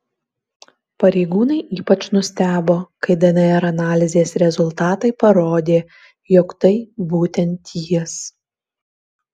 pareigūnai ypač nustebo kai dnr analizės rezultatai parodė jog tai būtent jis